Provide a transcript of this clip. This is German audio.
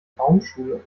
baumschule